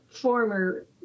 former